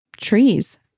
trees